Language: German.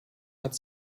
hat